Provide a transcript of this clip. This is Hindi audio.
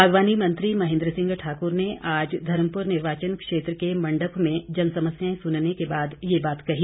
बागवानी मंत्री महेन्द्र सिंह ठाकुर ने आज धर्मपुर निर्वाचन क्षेत्र के मंडप में जनसमस्याएं सुनने के बाद ये बात कही